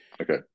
Okay